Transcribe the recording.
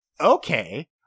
okay